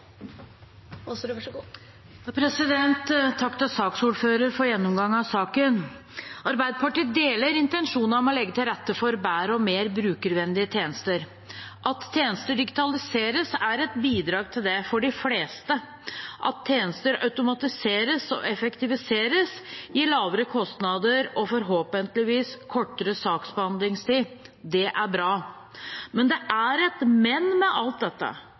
Takk til saksordføreren for gjennomgang av saken. Arbeiderpartiet deler intensjonen om å legge til rette for bedre og mer brukervennlige tjenester. At tjenester digitaliseres, er et bidrag til det for de fleste. At tjenester automatiseres og effektiviseres, gir lavere kostnader og forhåpentligvis kortere saksbehandlingstid. Det er bra. Men det er et «men» med alt dette.